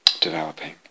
developing